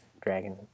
dragon